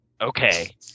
Okay